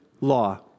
law